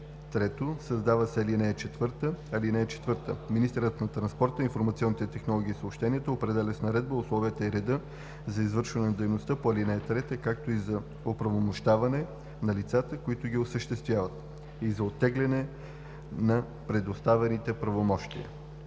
3. Създава се ал. 4: „(4) Министърът на транспорта, информационните технологии и съобщенията определя с наредба условията и реда за извършване на дейностите по ал. 3, както и за оправомощаване на лицата, които ги осъществяват, и за оттегляне на предоставените правомощия.“